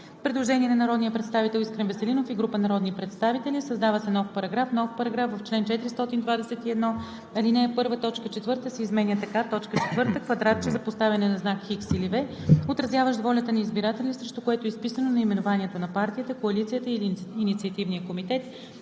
Предложение на народния представител Искрен Веселинов и група народни представители: „Създава се нов §...:„§... В чл. 421, ал. 1, т. 4 се изменя така: „4. квадратче за поставяне на знак „X“ или „V“, отразяващ волята на избирателя, срещу което е изписано наименованието на партията, коалицията или инициативния комитет;“